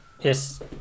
Yes